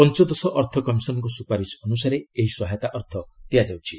ପଞ୍ଚଦଶ ଅର୍ଥକମିଶନ ଙ୍କ ସୁପାରିଶ୍ ଅନୁସାରେ ଏହି ସହାୟତା ଅର୍ଥ ଦିଆଯାଉଛି